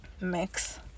mix